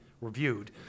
reviewed